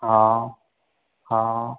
हा हा